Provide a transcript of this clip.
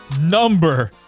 number